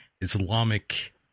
Islamic